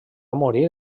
morir